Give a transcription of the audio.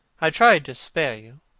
i tried to spare you.